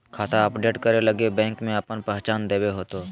खाता अपडेट करे लगी बैंक में आपन पहचान देबे होतो